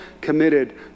committed